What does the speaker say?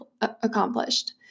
accomplished